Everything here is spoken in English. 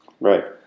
Right